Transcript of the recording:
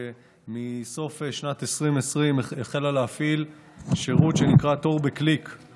החלה בסוף שנת 2020 להפעיל שירות שנקרא "תור בקליק",